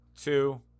two